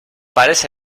pares